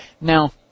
Now